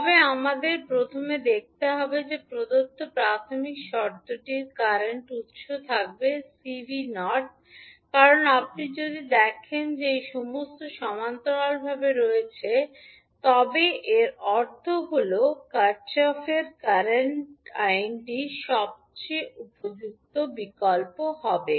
তবে আমাদের প্রথমে দেখতে হবে যে প্রদত্ত প্রাথমিক শর্তটির কারেন্ট উত্স থাকবে 𝐶𝑣𝑜 কারণ আপনি যদি দেখেন যে এই সমস্তগুলি সমান্তরালভাবে সংযুক্ত রয়েছে তবে এর অর্থ হল কারশফের কারেন্ট ল টিKirchhoff's Current Law সবচেয়ে উপযুক্ত বিকল্প হবে